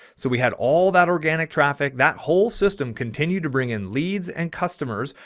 so we had all that organic traffic that whole system continued to bring in leads and customers.